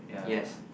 yes